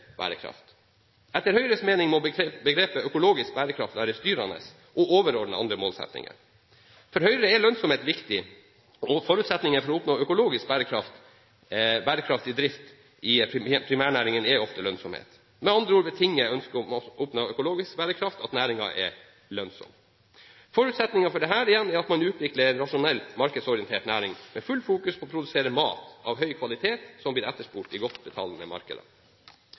bærekraft. Etter Høyres mening må begrepet økologisk bærekraft være styrende og overordnet andre målsettinger. For Høyre er lønnsomhet viktig, og forutsetningen for å oppnå økologisk bærekraftig drift i primærnæringene er ofte lønnsomhet. Med andre ord betinger ønsket om å oppnå økologisk bærekraft at næringen er lønnsom. Forutsetningene for dette er igjen at man utvikler en rasjonell markedsorientert næring, med fullt fokus på å produsere mat av høy kvalitet som blir etterspurt i et godt betalende